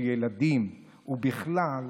של ילדים ובכלל,